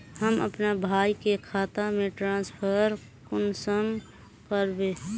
हम अपना भाई के खाता में ट्रांसफर कुंसम कारबे?